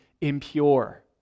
impure